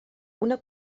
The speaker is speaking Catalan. una